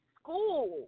school